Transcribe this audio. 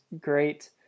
great